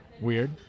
Weird